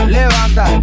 levanta